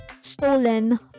stolen